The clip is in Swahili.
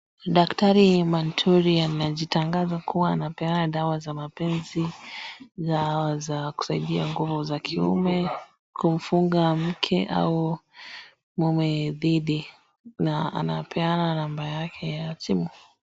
Daktari Manturi anajitangaza kuwa ana dawa za mapenzi, za kusaidia nguvu za kiume, kuunga mke au mume dhidi na anapeana namba yake ya simu.